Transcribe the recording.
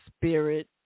spirit